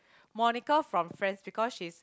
Monica from Friends because she's